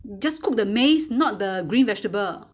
just cook the maize not the green vegetable